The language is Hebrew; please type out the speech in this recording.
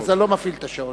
אז אני לא מפעיל את השעון.